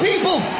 People